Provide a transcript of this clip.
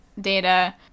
data